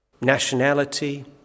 nationality